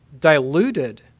diluted